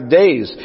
days